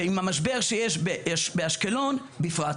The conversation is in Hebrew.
ועם המשבר שיש באשקלון בפרט.